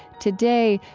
today,